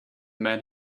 men